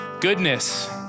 Goodness